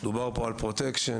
מדובר פה ב- Protection.